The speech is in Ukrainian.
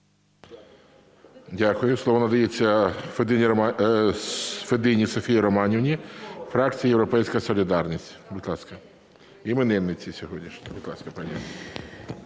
Дякую. Слово надається Федині Софії Романівні, фракція "Європейська солідарність", будь ласка, іменинниці сьогоднішній. Будь ласка, пані.